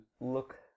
look